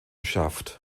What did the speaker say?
schaft